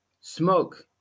smoke